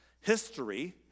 History